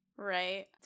right